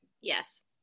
yes